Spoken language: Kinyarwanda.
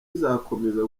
izakomeza